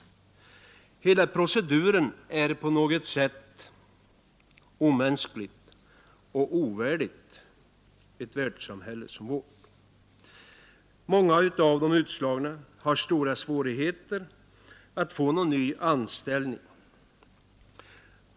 Hela proceduren är på något sätt omänsklig och ovärdig ett välfärdssamhälle som vårt. Många av de utslagna har stora svårigheter att få någon ny anställning.